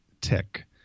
tick